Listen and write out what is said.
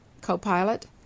co-pilot